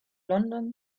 london